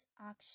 action